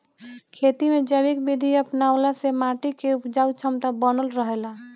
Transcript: खेती में जैविक विधि अपनवला से माटी के उपजाऊ क्षमता बनल रहेला